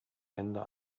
ende